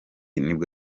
nibwo